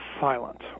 silent